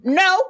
no